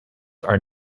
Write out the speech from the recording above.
are